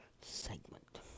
segment